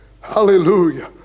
Hallelujah